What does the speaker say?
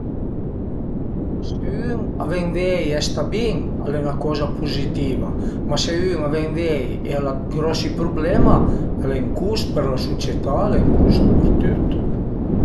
Se ün a ven vei e a sta bin al e 'na coza puzitiva, ma se ün a ven vei e al a d'grosi prublema al e ün cust për la sucietà, al e ün cust për tüt